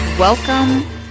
Welcome